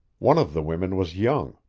one of the women was young,